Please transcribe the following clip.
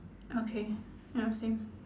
okay ya same